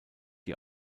die